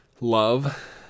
love